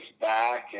back